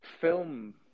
film